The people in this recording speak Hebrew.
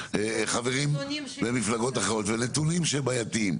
מחברים ממפלגות אחרות ואלה נתונים שהם בעייתיים,